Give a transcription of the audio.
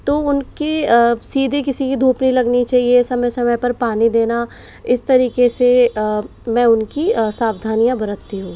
तो उनकी सीधी किसी की धूप नहीं लगनी चाहिए समय पर पानी देना इस तरीके से मैं उनकी सावधानियाँ बरतती हूँ